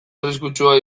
arriskutsua